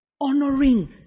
Honoring